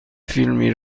فیلمی